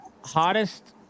Hottest